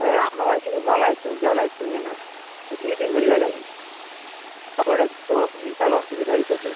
ও আমার ওদিকে জল আইতে জল আইসতেসে না দুই দিন হইয়া গেলো খাবারের তো অসুবিধা বিশাল অসুবিধা হইতাসে